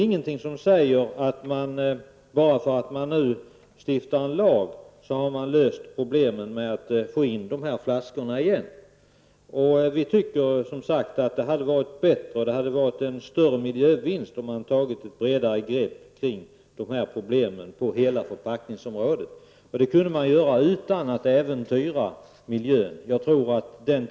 Bara därför att det nu stiftas en lag finns det inget som säger att man har löst problemen med att få flaskorna i retur. Vi anser således att det hade inneburit en större miljövinst med ett bredare grepp kring dessa problem på förpackningsområdet. Det hade man kunnat göra utan att äventyra miljön.